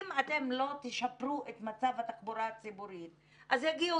אם אתם לא תשפרו את מצב התחבורה הציבורית אז יגיעו